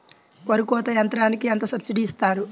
వరి కోత యంత్రంకి ఎంత సబ్సిడీ ఇస్తారు?